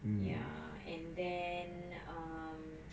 ya and then um